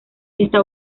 está